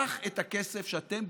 את המידע הזה אנחנו לומדים,